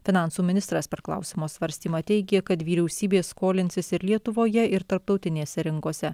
finansų ministras per klausimo svarstymą teigė kad vyriausybė skolinsis ir lietuvoje ir tarptautinėse rinkose